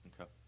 Okay